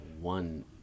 one